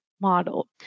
model